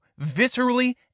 viscerally